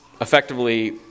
effectively